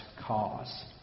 cause